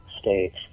states